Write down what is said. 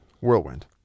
whirlwind